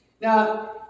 Now